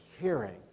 hearing